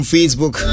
Facebook